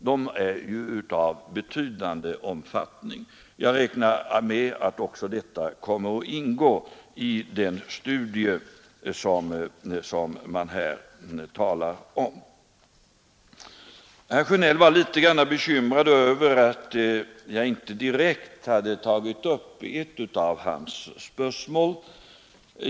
De är ju av betydande omfattning. Jag räknar med att också detta kommer att ingå i den studie som man här talar om. Herr Sjönell var litet bekymrad över att jag inte direkt hade tagit upp ett av hans spörsmål.